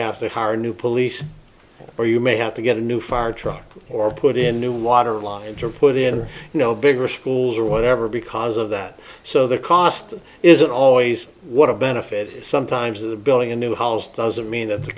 have to hire new police or you may have to get a new fire truck or put in new water line to put in you know bigger schools or whatever because of that so the cost isn't always what a benefit is sometimes of the building a new house doesn't mean that the